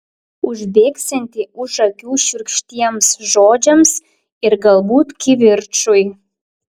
užbėgsianti už akių šiurkštiems žodžiams ir galbūt kivirčui